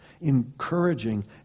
encouraging